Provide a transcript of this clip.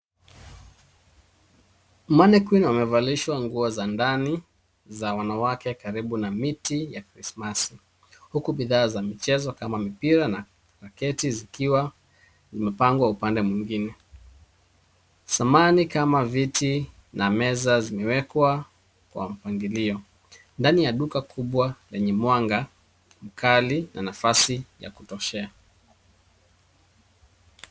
Mannequin amevalishwa nguo za ndani za wanawake karibu na miti ya krisimasi, huku bidhaa za michezo kama mipira na raketi zikiwa zimepangwa upande mwingine. Samani kama viti na meza zimewekwa kwa mpangilio ndani ya duka kubwa lenye mwanga kali na nafasi ya kutoshea.